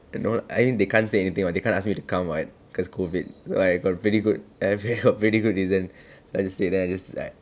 you know I mean they can't say anything [what] they can't ask me to come right cause COVID that's why got very good I've got really good reason like to say then I just like